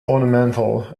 ornamental